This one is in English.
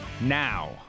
now